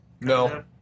no